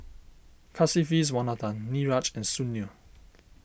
Kasiviswanathan Niraj and Sunil